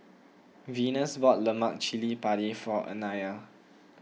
Venus bought Lemak Cili Padi for Anaya